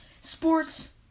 Sports